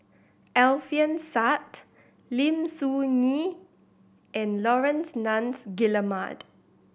Alfian Sa'at Lim Soo Ngee and Laurence Nunns Guillemard